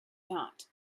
not